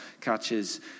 catches